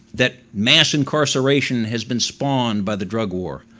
that mass incarceration has been spawned by the drug war.